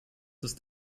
ist